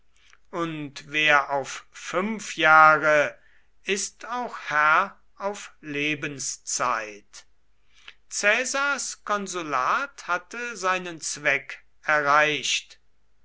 und wer auf fünf jahre ist auch herr auf lebenszeit caesars konsulat hatte seinen zweck erreicht